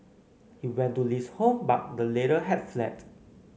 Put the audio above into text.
he went to Li's home but the latter had fled